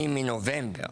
אני מנובמבר